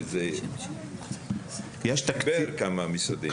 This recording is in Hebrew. זה שיפר כמה משרדים.